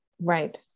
Right